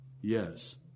Yes